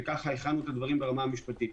וככה הכנו את הדברים ברמה המשפטית.